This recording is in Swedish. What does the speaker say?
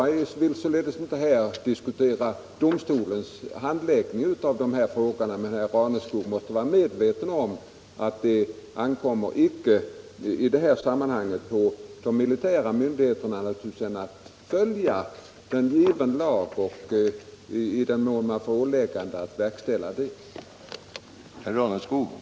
Jag vill således inte här diskutera domstolens handläggning av dessa frågor. Men herr Raneskog måste vara medveten om att det i detta sammanhang icke ankommer på de militära myndigheterna att göra annat än att följa en given lag i den mån man får åläggande att verkställa ett beslut.